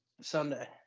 Sunday